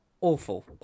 awful